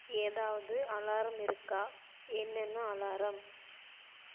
ஏதாவது அலாரம் இருக்கா என்னென்ன அலாரம்